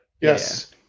Yes